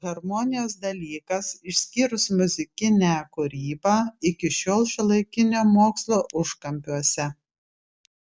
harmonijos dalykas išskyrus muzikinę kūrybą iki šiol šiuolaikinio mokslo užkampiuose